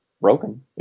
broken